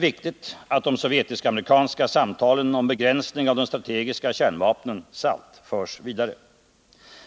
viktigt att de sovjetisk-amerikanska samtalen om begränsning